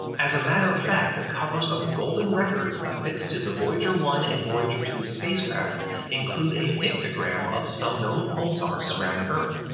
as a matter of fact, the covers of the golden records affixed to the voyager one and voyager two spacecraft include a pictogram of some known pulsars surrounding earth.